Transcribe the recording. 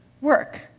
work